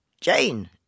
Jane